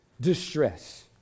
distress